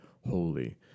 holy